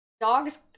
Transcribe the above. dogs